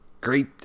Great